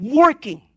working